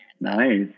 nice